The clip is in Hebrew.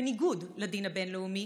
בניגוד לדין הבין-לאומי,